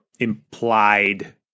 implied